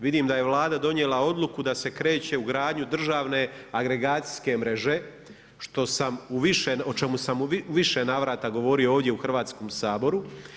Vidim da je Vlada donijela odluku da se kreće u gradnju državne agregacijske mreže, što sam u više, o čemu sam u više navrata govorio ovdje u Hrvatskom saboru.